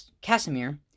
Casimir